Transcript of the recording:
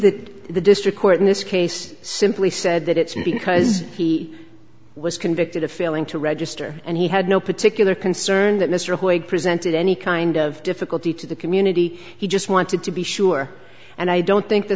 that the district court in this case simply said that it's because he was convicted of failing to register and he had no particular concern that mr boyd presented any kind of difficulty to the community he just wanted to be sure and i don't think the